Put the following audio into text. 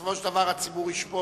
בסופו של דבר הציבור ישפוט.